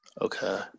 Okay